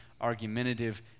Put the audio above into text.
argumentative